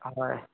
হয়